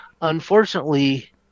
unfortunately